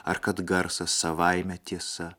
ar kad garsas savaime tiesa